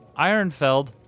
Ironfeld